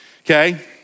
Okay